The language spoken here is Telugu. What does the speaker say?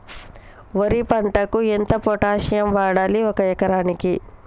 వరి పంటకు ఎంత పొటాషియం వాడాలి ఒక ఎకరానికి?